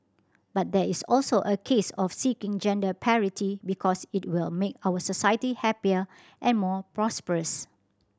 but there is also a case of seeking gender parity because it will make our society happier and more prosperous